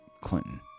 Clinton